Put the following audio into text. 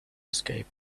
escape